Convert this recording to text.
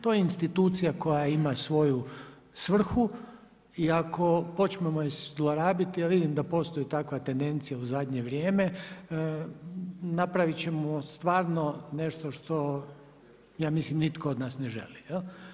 To je institucija koja ima svoju svrhu i ako počinemo je zlorabiti, ja vidim da postoji takva tendencija u zadnje vrijeme, napraviti ćemo stvarno, nešto što, ja misli nitko od nas ne želi.